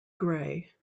gray